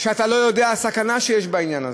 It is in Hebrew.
ואתה לא יודע מה הסכנה שיש בעניין הזה,